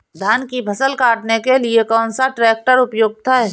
धान की फसल काटने के लिए कौन सा ट्रैक्टर उपयुक्त है?